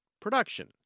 production